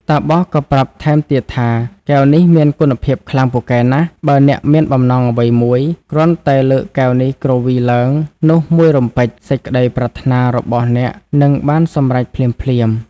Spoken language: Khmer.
តាបសក៏ប្រាប់ថែមទៀតថា កែវនេះមានគុណភាពខ្លាំងពូកែណាស់ បើអ្នកមានបំណងអ្វីមួយ គ្រាន់តែលើកកែវនេះគ្រវីឡើងនោះមួយរំពេច សេចក្តីប្រាថ្នារបស់អ្នកនឹង បានសម្រេចភ្លាម។